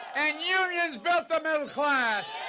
and unions built the middle class!